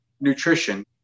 nutrition